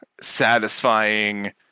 satisfying